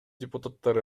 депутаттар